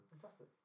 Fantastic